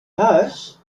huis